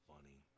funny